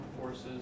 forces